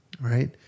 right